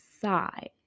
side